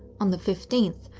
on the fifteenth,